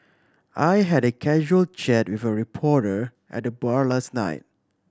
I had a casual chat with a reporter at the bar last night